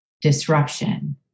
disruption